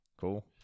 Cool